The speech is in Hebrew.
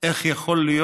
איך יכול להיות